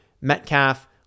Metcalf